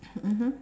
mmhmm